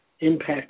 Impact